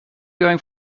going